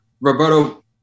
Roberto